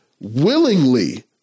willingly